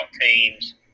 teams